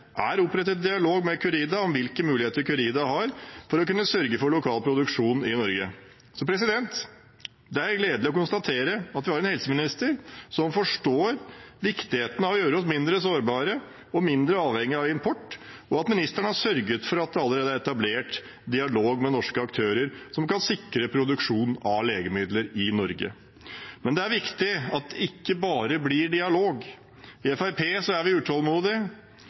er opprettet en dialog med Curida om hvilke muligheter Curida har for å kunne sørge for lokal produksjon i Norge. Det er gledelig å konstatere at vi har en helseminister som forstår viktigheten av å gjøre oss mindre sårbare og mindre avhengige av import, og at ministeren har sørget for at det allerede er etablert dialog med norske aktører som kan sikre produksjon av legemidler i Norge. Men det er viktig at det ikke bare blir dialog. I Fremskrittspartiet er vi